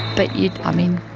but yeah i mean,